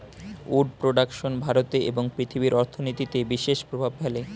would production ভারতে এবং পৃথিবীর অর্থনীতিতে বিশেষ প্রভাব ফেলে